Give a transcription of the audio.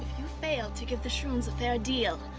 you fail to give the shrooms a fair deal,